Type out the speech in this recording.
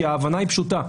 כי ההבנה היא פשוטה,